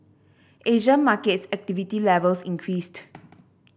Asian markets activity levels increased